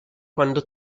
quando